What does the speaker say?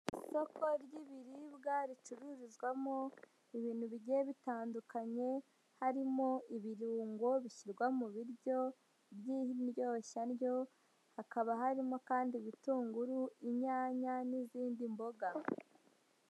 Isoko ry'ibiribwa ricururizwamo ibintu bigiye bitandukanye, harimo ibirungo bishyirwa mu biryo by'indyoshya ndyo, hakaba harimo kandi ibitunguru, inyanya n'izindi mboga.